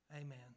Amen